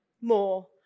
more